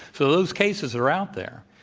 so those cases are out there.